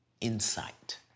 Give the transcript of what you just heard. insight